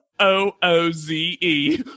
o-o-z-e